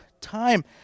time